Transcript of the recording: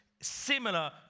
similar